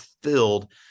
filled